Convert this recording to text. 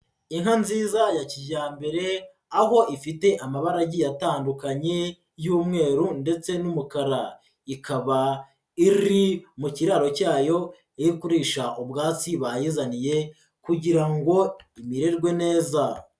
Inka nziza ya kijyambere, aho ifite amabara agiye atandukanye y'umweru ndetse n'umukara, ikaba iri mu kiraro cyayo iri kurisha ubwatsi bayizaniye, kugira ngo imererwe neza.